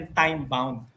time-bound